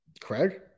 Craig